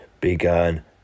began